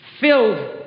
filled